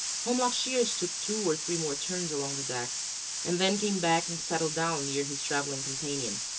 holmlock shears took two or three more turns along the deck and then came back and settled down near his travelling-companion.